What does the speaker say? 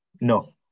No